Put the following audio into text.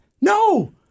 No